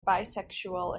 bisexual